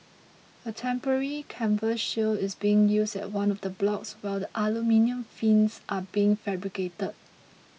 a temporary canvas shield is being used at one of the blocks while the aluminium fins are being fabricated